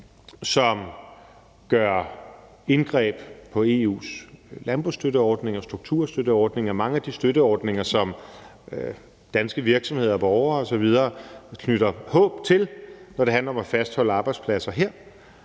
som gør indgreb i EU's landbrugsstøtteordning, strukturstøtteordning og mange af de støtteordninger, som danske virksomheder, borgere osv. knytter håb til, når det handler om at fastholde arbejdspladser her.